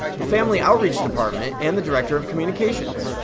the family outreach department and the director of communications.